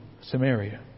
Samaria